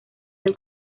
del